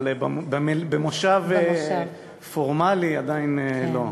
אבל במושב פורמלי עדיין לא,